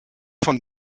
von